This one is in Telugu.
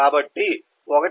కాబట్టి 1